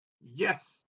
yes